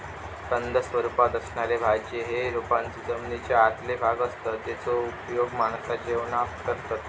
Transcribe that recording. कंद स्वरूपात असणारे भाज्ये हे रोपांचे जमनीच्या आतले भाग असतत जेचो उपयोग माणसा जेवणात करतत